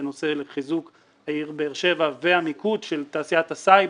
בנושא חיזוק העיר באר שבע והמיקוד של תעשיית הסייבר